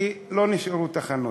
כי לא נשארו תחנות.